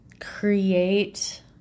create